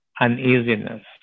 uneasiness